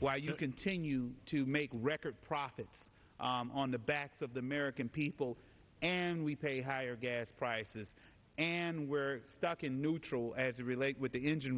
while you continue to make record profits on the backs of the american people and we pay higher gas prices and where stuck in neutral as a relate with the engine